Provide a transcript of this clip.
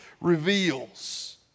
reveals